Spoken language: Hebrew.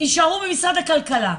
יישארו במשרד הכלכלה.